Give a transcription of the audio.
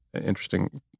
Interesting